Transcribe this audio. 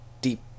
deep